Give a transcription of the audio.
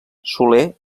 soler